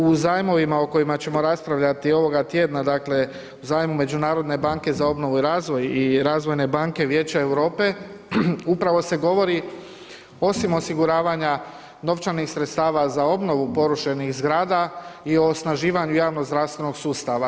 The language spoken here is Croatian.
O zajmovima o kojima ćemo raspravljati ovoga tjedna o zajmu Međunarodne banke za obnovu i razvoj i Razvojne banke Vijeća Europe upravo se govori osim osiguravanja novčanih sredstava za obnovu porušenih zgrada i osnaživanju javnozdravstvenog sustava.